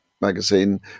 magazine